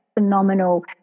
phenomenal